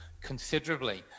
considerably